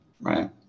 Right